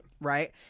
right